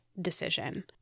decision